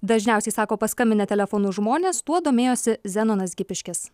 dažniausiai sako paskambinę telefonu žmonės tuo domėjosi zenonas gipiškis